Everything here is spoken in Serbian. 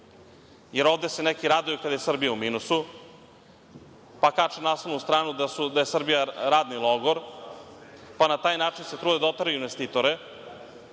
jer ovde se neki raduju kada je Srbija u minusu, pa kače naslovnu stranu da je Srbija radni logor, pa na taj način se trude da oteraju investitore,